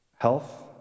Health